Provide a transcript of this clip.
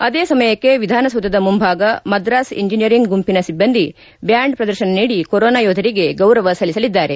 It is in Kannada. ಅದೇ ಸಮಯಕ್ಷೆ ವಿಧಾನಸೌಧದ ಮುಂಭಾಗ ಮದ್ರಾಸ್ ಇಂಜಿನಿಯರಿಂಗ್ ಗುಂಪಿನ ಸಿಬ್ದಂದಿ ಬ್ಯಾಂಡ್ ಪ್ರದರ್ಶನ ನೀಡಿ ಕೊರೊನಾ ಯೋಧರಿಗೆ ಗೌರವ ಸಲ್ಲಿಸಲಿದ್ದಾರೆ